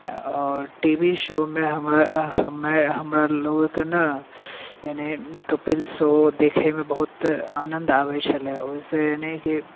आओर T V शोमे हमर हमरा हमरालोकके ने यानि कपिल शो देखैमे बहुत आनन्द आबै छलै ओहिसँ अनि कि